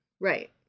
right